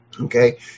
Okay